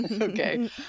okay